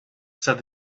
said